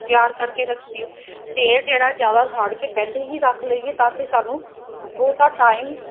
ਤਿਆਰ ਕਰਕੇ ਰੱਖੀਏ ਤੇਲ ਜਿਹੜਾ ਜ਼ਿਆਦਾ ਸਾੜ ਕੇ ਪਹਿਲੇ ਹੀ ਰੱਖ ਲਈਏ ਤਾਂ ਕਿ ਸਾਨੂੰ ਬਹੁਤਾ ਟਾਈਮ